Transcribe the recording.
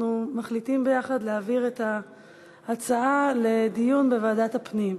אנחנו מחליטים ביחד להעביר את ההצעה לדיון בוועדת הפנים.